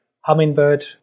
hummingbird